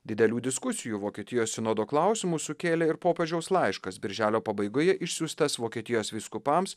didelių diskusijų vokietijos sinodo klausimu sukėlė ir popiežiaus laiškas birželio pabaigoje išsiųstas vokietijos vyskupams